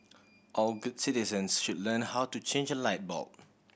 all good citizens should learn how to change a light bulb